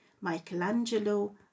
Michelangelo